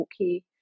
okay